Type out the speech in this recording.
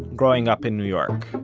growing up in new york.